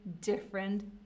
different